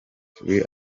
turi